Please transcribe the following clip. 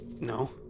No